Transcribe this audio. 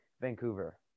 Vancouver